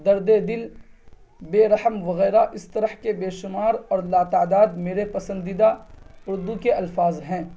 درد دل بےرحم وغیرہ اس طرح کے بےشمار اور لاتعداد میرے پسندیدہ اردو کے الفاظ ہیں